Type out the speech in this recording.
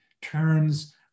turns